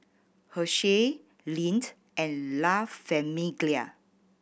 Herschel Lindt and La Famiglia